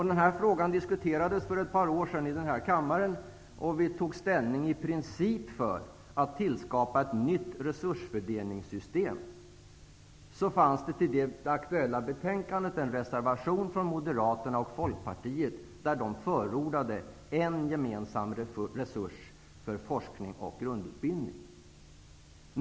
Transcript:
Den här frågan diskuterades för ett par år sedan i kammaren. Riksdagen tog i princip ställning för att skapa ett nytt system för resursfördelning. I det aktuella betänkandet fanns det en reservation från Moderaterna och Folkpartiet, där de förordade en gemensam resurs för forskning och grundutbildning.